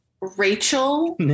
Rachel